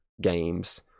games